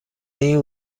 این